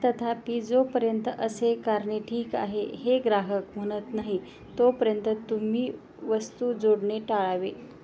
तथापि जोपर्यंत असे करणे ठीक आहे हे ग्राहक म्हणत नाही तोपर्यंत तुम्ही वस्तू जोडणे टाळावे